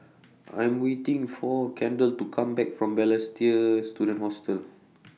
I Am waiting For Kendal to Come Back from Balestier Student Hostel